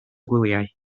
gwyliau